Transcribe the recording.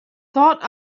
thought